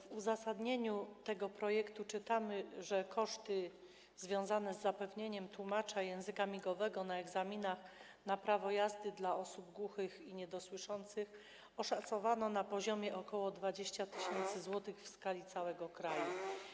W uzasadnieniu tego projektu czytamy, że koszty związane z zapewnieniem tłumacza języka migowego na egzaminach na prawo jazdy dla osób głuchych i niedosłyszących oszacowano na poziomie ok. 20 tys. zł w skali całego kraju.